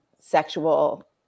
sexual